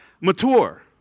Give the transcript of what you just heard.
mature